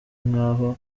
nk’aho